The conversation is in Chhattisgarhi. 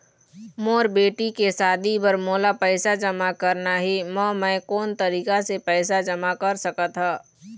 मोर बेटी के शादी बर मोला पैसा जमा करना हे, म मैं कोन तरीका से पैसा जमा कर सकत ह?